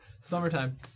Summertime